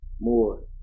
more